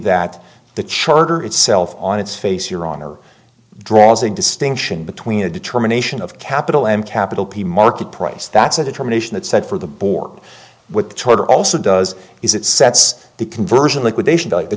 that the charter itself on its face your honor draws a distinction between a determination of capital and capital p market price that's a determination that said for the board what the charter also does is it sets the conversion liquidation the